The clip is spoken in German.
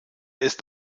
ist